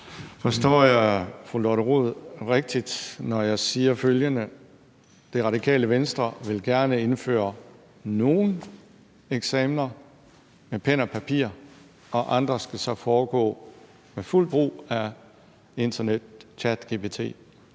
Forstår jeg fru Lotte Rod rigtigt, når jeg siger følgende: Radikale Venstre vil gerne indføre nogle eksamener med pen og papir, og andre skal så foregå med fuld brug af internet, ChatGPT